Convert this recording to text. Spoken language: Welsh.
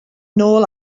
nôl